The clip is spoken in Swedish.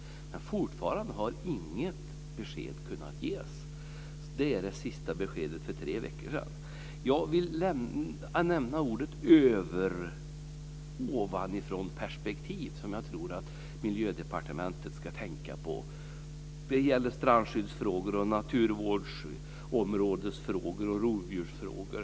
Men fortfarande har inget besked kunnat ges. Det är det senaste beskedet för tre veckor sedan. Jag vill nämna ordet ovanifrånperspektiv, som jag tror att Miljödepartementet ska tänka på. Det gäller strandskyddsfrågor, naturvårdsområdesfrågor och rovdjursfrågor.